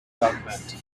government